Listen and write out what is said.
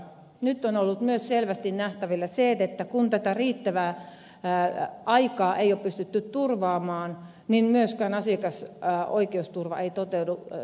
nyt on ollut myös selvästi nähtävillä se että kun tätä riittävää aikaa ei ole pystytty turvaamaan niin myöskään asiakasoikeusturva ei toteudu toivottavalla tavalla